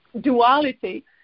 Duality